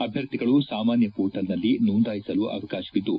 ಅಭ್ಯರ್ಥಿಗಳು ಸಾಮಾನ್ಯ ಮೋರ್ಟ್ಲ್ನಲ್ಲಿ ನೋಂದಾಯಿಸಲು ಅವಕಾಶವಿದ್ದು